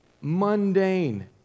mundane